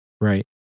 Right